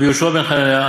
ורבי יהושע בן חנניה,